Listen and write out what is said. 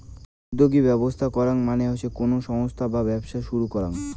উদ্যোগী ব্যবস্থা করাঙ মানে কোনো সংস্থা বা ব্যবসা শুরু করাঙ